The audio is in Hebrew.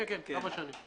כן, כמה שנים.